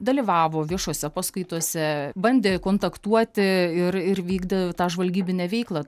dalyvavo viešose paskaitose bandė kontaktuoti ir ir vykdė tą žvalgybinę veiklą